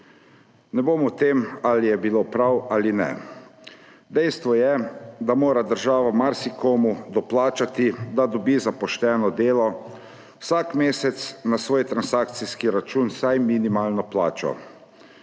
Ne bom o tem, ali je bilo prav ali ne. Dejstvo je, da mora država marsikomu doplačati, da dobi za pošteno delo vsak mesec na svoj transakcijski račun vsaj minimalno plačo.